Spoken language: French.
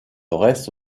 reste